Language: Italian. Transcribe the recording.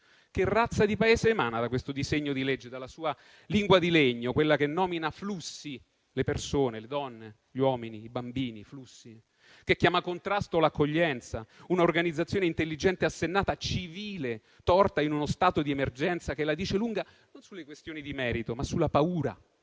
che razza di Paese emana questo decreto-legge dalla sua lingua di legno, quella che denomina flussi le persone, le donne, gli uomini e i bambini - flussi? - e chiama contrasto l'accoglienza, un'organizzazione intelligente e assennata, civile, torta in uno stato d'emergenza che la dice lunga non sulle questioni di merito, ma sulla paura